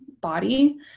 body